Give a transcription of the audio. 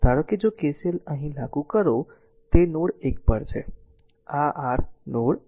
ધારો કે જો KCL અહીં લાગુ કરો તે નોડ 1 પર છે આr નોડ 1 છે